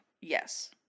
Yes